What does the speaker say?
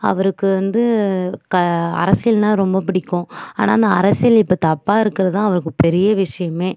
அவருக்கு வந்து க அரசியல்னா ரொம்ப பிடிக்கும் ஆனால் இந்த அரசியல் இப்போ தப்பாக இருக்கறது தான் அவருக்கு பெரிய விஷயமே